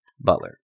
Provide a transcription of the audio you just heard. Butler